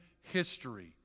history